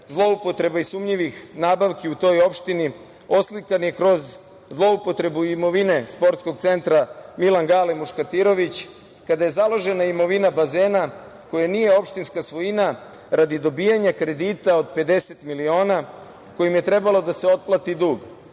zloupotreba i sumnjivih nabavki u toj opštini oslikan je kroz zloupotrebu imovine Sportskog centra „Milan Gale Muškatirović“, kada je založena imovina bazena, koji nije opštinska svojina, radi dobijanja kredita od 50 miliona, kojim je trebalo da se otplati dug.